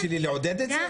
אז התפקיד שלי לעודד את זה?